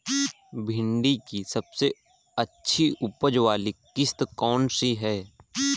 भिंडी की सबसे अच्छी उपज वाली किश्त कौन सी है?